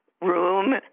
room